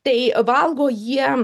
tai valgo jiem